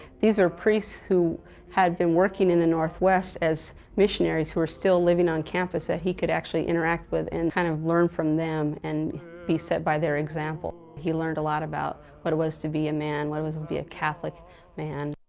these are priests who had been working in the northwest as missionaries who were still living on campus that he could actually interact with and kind of learn from them and be set by their example. he learned a lot about what it was to be a man, what is was to be a catholic man.